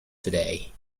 today